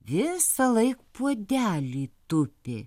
visąlaik puodelyje tupi